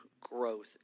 growth